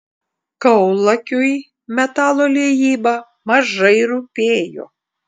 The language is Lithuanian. kaulakiui metalo liejyba mažai rūpėjo